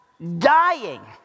Dying